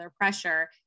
pressure